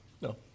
No